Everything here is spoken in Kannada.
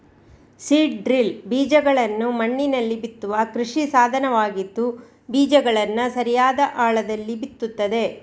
ಸೀಡ್ ಡ್ರಿಲ್ ಬೀಜಗಳನ್ನ ಮಣ್ಣಿನಲ್ಲಿ ಬಿತ್ತುವ ಕೃಷಿ ಸಾಧನವಾಗಿದ್ದು ಬೀಜಗಳನ್ನ ಸರಿಯಾದ ಆಳದಲ್ಲಿ ಬಿತ್ತುತ್ತದೆ